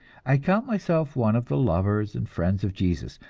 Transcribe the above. i count myself one of the lovers and friends of jesus,